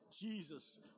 Jesus